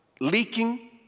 leaking